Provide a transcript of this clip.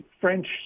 French